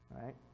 right